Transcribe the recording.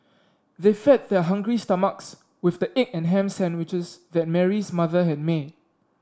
they fed their hungry stomachs with the egg and ham sandwiches that Mary's mother had made